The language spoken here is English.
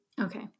Okay